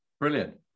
brilliant